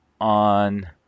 on